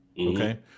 okay